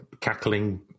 Cackling